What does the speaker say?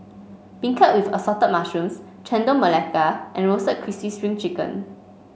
beancurd with Assorted Mushrooms Chendol Melaka and Roasted Crispy Spring Chicken